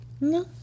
No